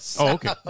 okay